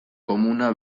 komuna